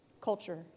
culture